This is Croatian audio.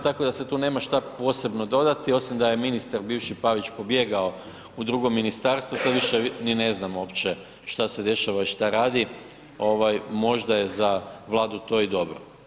Tako da se tu nema šta posebno dodati osim da je ministar bivši Pavić pobjegao u drugo ministarstvo sad više ni ne znam uopće šta se dešava i šta radi ovaj možda je za Vladu to i dobro.